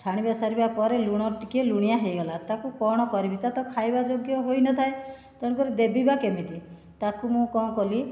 ଛାଣିବା ସାରିବାପରେ ଲୁଣ ଟିକେ ଲୁଣିଆ ହୋଇଗଲା ତାକୁ କ'ଣ କରିବି ତା' ତ ଖାଇବାଯୋଗ୍ୟ ହୋଇନଥାଏ ତେଣୁକରି ଦେବି ବା କେମିତି ତାକୁ ମୁଁ କ'ଣ କଲି